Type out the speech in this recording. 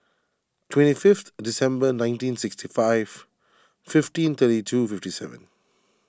twenty fifth December nineteen sixty five fifteen thirty two fifty seven